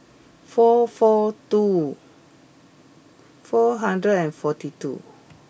four four two four hundred and forty two